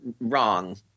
wrong